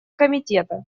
комитета